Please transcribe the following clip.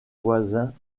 voisins